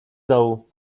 dołu